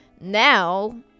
now